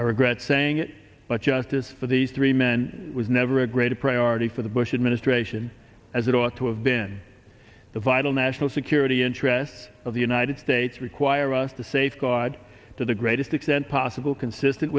i regret saying it but justice for these three men was never a greater priority for the bush administration as it ought to have been the vital national security interests of the united states require us to safeguard to the greatest extent possible consistent